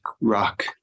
rock